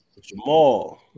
Jamal